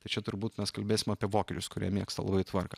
tai čia turbūt mes kalbėsim apie vokiečius kurie mėgsta labai tvarką